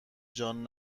جان